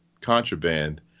contraband